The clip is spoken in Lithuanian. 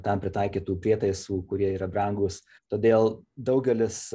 tam pritaikytų prietaisų kurie yra brangūs todėl daugelis